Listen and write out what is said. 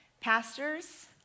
pastors